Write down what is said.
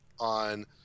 on